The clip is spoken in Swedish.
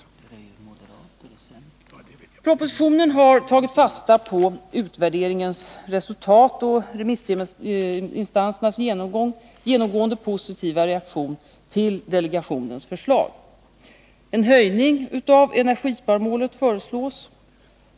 Propositionen har tagit fasta på utvärderingens resultat och remissinstansernas genomgående positiva reaktion till delegationens förslag. En höjning av energisparmålet föreslås.